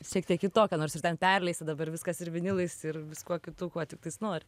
šiek tiek kitokia nors ten perleista dabar viskas ir vinilais ir viskuo kitu kuo tiktais nori